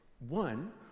one